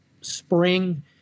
spring